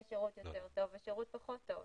יש שירות יותר טוב ויש שירות פחות טוב.